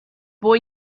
boy